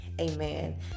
amen